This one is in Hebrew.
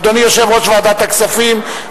אדוני יושב-ראש ועדת הכספים,